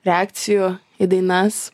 reakcijų į dainas